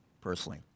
personally